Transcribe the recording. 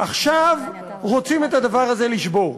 עכשיו רוצים את הדבר הזה לשבור.